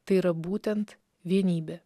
tai yra būtent vienybė